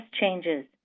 changes